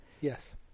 Yes